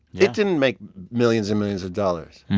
it didn't make millions and millions of dollars.